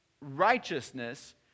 righteousness